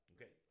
Okay